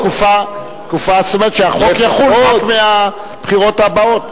זאת אומרת שהחוק יחול רק מהבחירות הבאות.